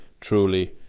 truly